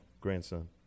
grandson